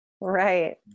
right